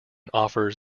offers